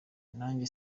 nanjye